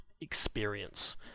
experience